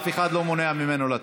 אף אחד לא מונע ממנו לצאת.